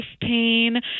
pain